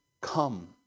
come